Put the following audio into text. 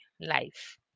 life